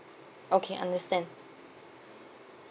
okay understand